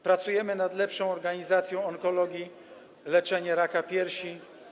Pracujemy nad lepszą organizacją onkologii, leczenia raka piersi.